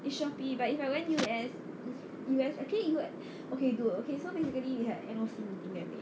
is Shopee but if I went U_S U_S actually u~ okay good okay so basically we had N_O_C meeting that day